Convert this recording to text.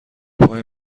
پای